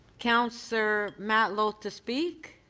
councillor matlow to speak.